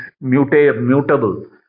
mutable